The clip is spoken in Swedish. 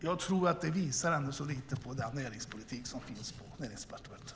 Jag tror att det visar lite på vilken näringspolitik som bedrivs på Näringsdepartementet.